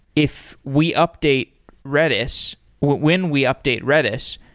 if we update redis, when we update redis,